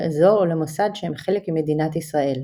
לאזור או למוסד שהם חלק ממדינת ישראל.